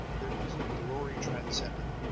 there is a glory transcendent.